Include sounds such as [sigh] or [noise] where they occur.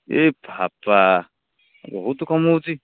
ଏ [unintelligible] ବହୁତ କମ ହେଉଛି